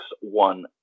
One